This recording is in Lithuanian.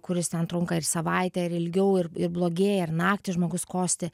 kuris ten trunka ir savaitę ir ilgiau ir ir blogėja ir naktį žmogus kosti